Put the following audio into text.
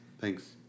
Thanks